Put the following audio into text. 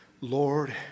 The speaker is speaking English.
Lord